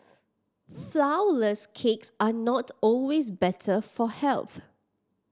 flourless cakes are not always better for health